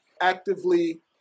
actively